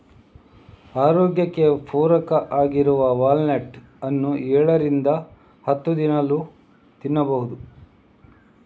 ಆರೋಗ್ಯಕ್ಕೆ ಪೂರಕ ಆಗಿರುವ ವಾಲ್ನಟ್ ಅನ್ನು ಏಳರಿಂದ ಹತ್ತು ದಿನಾಲೂ ತಿನ್ಬಹುದು